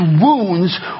wounds